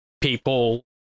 people